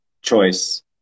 choice